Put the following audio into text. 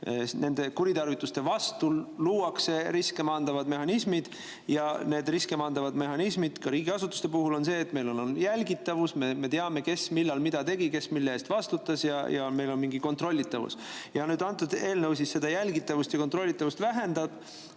Nende kuritarvituste vastu luuakse riske maandavad mehhanismid. Ja need riske maandavad mehhanismid ka riigiasutuste puhul tähendavad seda, et meil on jälgitavus, me teame, kes, millal, mida tegi ja kes mille eest vastutas, ning meil on mingi kontrollitavus. Kõnealune eelnõu seda jälgitavust ja kontrollitavust vähendab